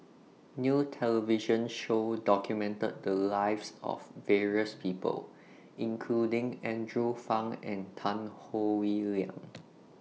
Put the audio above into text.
New television Show documented The Lives of various People including Andrew Phang and Tan Howe Liang